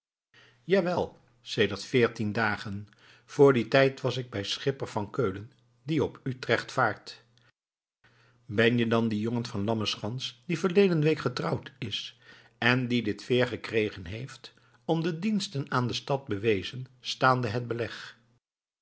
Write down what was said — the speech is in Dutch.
jawel sedert veertien dagen vr dien tijd was ik bij schipper van keulen die op utrecht vaart ben-je dan die jongen van de lammen schans die verleden week getrouwd is en die dit veer gekregen heeft om de diensten aan de stad bewezen staande het beleg